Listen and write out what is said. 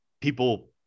people